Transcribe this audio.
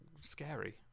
scary